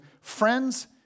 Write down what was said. friends